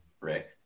Rick